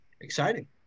exciting